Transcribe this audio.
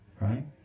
Right